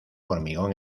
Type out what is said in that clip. hormigón